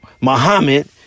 Muhammad